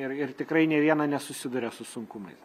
ir ir tikrai nė viena nesusiduria su sunkumais